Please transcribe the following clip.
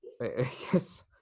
Yes